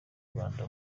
rwanda